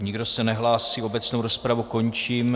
Nikdo se nehlásí, obecnou rozpravu končím.